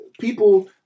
people